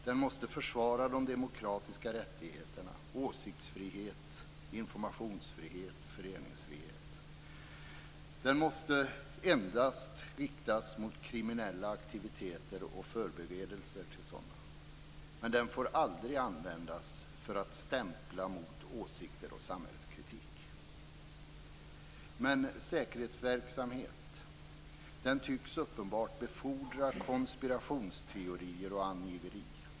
Den måste försvara de demokratiska rättigheterna: åsiktsfrihet, informationsfrihet och föreningsfrihet. Den måste endast riktas mot kriminella aktiviteter och förberedelser till sådana. Den får aldrig användas för att stämpla mot åsikter och samhällskritik. Men säkerhetsverksamhet tycks uppenbart befordra konspirationsteorier och angiveri.